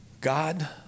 God